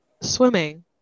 swimming